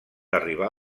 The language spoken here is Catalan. arribar